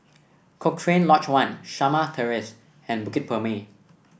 Cochrane Lodge One Shamah Terrace and Bukit Purmei